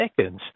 seconds